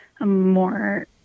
more